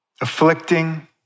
afflicting